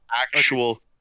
actual